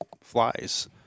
flies